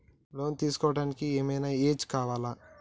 Loan తీస్కోవడానికి ఏం ఐనా ఏజ్ కావాలా?